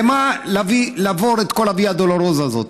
למה לעבור את כל הוויה דולורוזה הזאת?